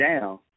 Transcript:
down